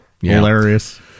Hilarious